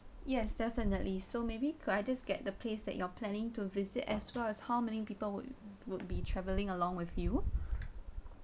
yes definitely so maybe could I just get the place that you are planning to visit as well as how many people would would be travelling along with you